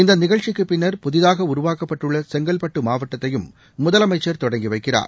இந்தநிகழ்ச்சிக்குபின்னர் புதிதாகஉருவாக்கப்பட்டுள்ளசெங்கல்பட்டுமாவட்டத்தையும் முதலமைச்சர் கொடங்கிவைக்கிறார்